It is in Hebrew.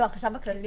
לא, החשב הכללי.